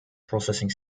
processing